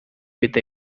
with